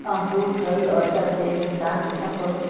अंकूर कई औसत से भुगतान कुंसम करूम?